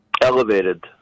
elevated